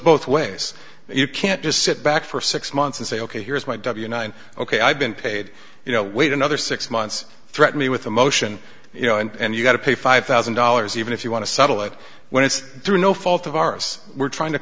both ways you can't just sit back for six months and say ok here's my w nine ok i've been paid you know wait another six months threaten me with a motion you know and you've got to pay five thousand dollars even if you want to settle it when it's through no fault of ours we're trying to